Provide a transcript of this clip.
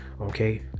Okay